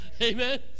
Amen